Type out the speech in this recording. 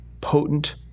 potent